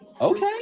Okay